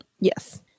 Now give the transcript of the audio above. Yes